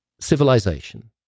civilization